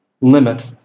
limit